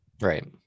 Right